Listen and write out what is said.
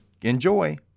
Enjoy